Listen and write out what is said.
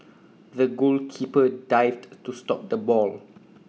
the goalkeeper dived to stop the ball